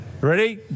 Ready